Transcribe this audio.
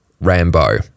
Rambo